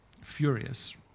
furious